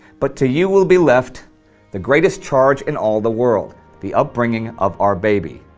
but to you will be left the greatest charge in all the world the upbringing of our baby.